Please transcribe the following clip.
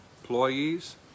employees